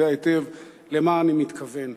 יודע היטב למה אני מתכוון.